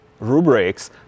rubrics